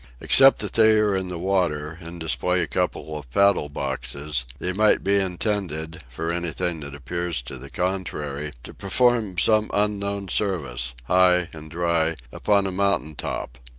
except that they are in the water, and display a couple of paddle-boxes, they might be intended, for anything that appears to the contrary, to perform some unknown service, high and dry, upon a mountain top.